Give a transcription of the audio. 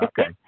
Okay